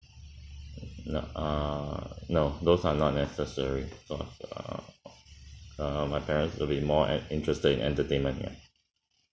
no err no those are not necessary uh uh err my parents will be more interested in entertainment ya